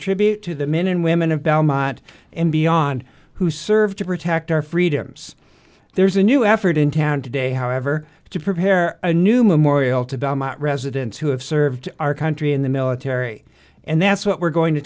tribute to the men and women of belmont and beyond who served to protect our freedoms there's a new effort in town today however to prepare a new memorial to belmont residents who have served our country in the military and that's what we're going to